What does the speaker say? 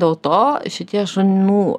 dėl to šitie šunų